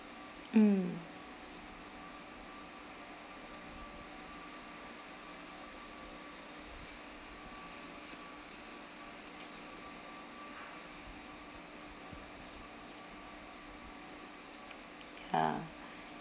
mm ya